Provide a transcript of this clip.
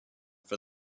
for